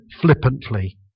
flippantly